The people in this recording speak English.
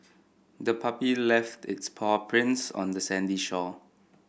the puppy left its paw prints on the sandy shore